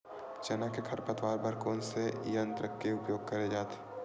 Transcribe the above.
चना के खरपतवार बर कोन से यंत्र के उपयोग करे जाथे?